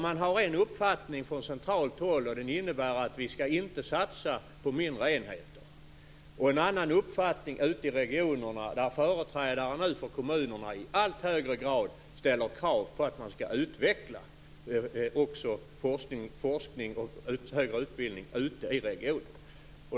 Man har en uppfattning från centralt håll som innebär att vi inte skall satsa på mindre enheter och en annan uppfattning ute i regionerna, där företrädare för kommunerna i allt högre grad ställer krav på att forskning och högre utbildning skall utvecklas ute i regionerna.